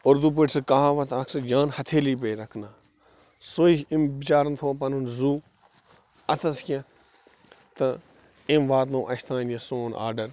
اُردو پٲٹھۍ چھِ سۅ کہاوت اکھ سُہ جان ہتھیلی پے رکھنا سُے أمۍ بِچارن تھوٚو پنُن زُو اتھس کیٚتھ تہٕ أمۍ واتہٕ نوو اَسہِ تانۍ سون آرڑر